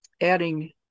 adding